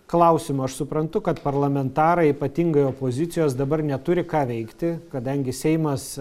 klausimų aš suprantu kad parlamentarai ypatingai opozicijos dabar neturi ką veikti kadangi seimas